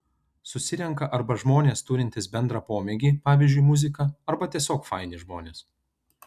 susirenka arba žmonės turintys bendrą pomėgį pavyzdžiui muziką arba tiesiog faini žmonės